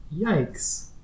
Yikes